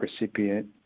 recipient